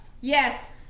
Yes